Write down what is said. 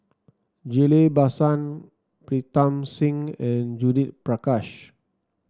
Ghillie Basan Pritam Singh and Judith Prakash